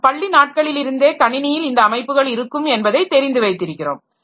நம் பள்ளி நாட்களிலிருந்தே கணினியில் இந்த அமைப்புகள் இருக்கும் என்பதை தெரிந்து வைத்திருக்கிறோம்